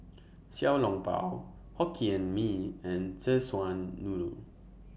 Xiao Long Bao Hokkien Mee and Szechuan Noodle